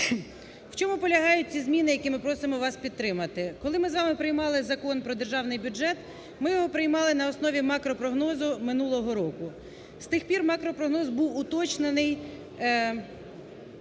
В чому полягають ці зміни, які ми просимо вас підтримати? Коли ми з вами приймали Закон про державний бюджет, ми його приймали на основі макропрогнозу минулого року. З тих пір макропрогноз був уточнений